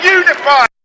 unified